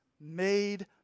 made